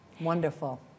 Wonderful